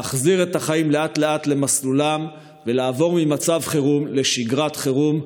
להחזיר את החיים לאט-לאט למסלולם ולעבור ממצב חירום לשגרת חירום.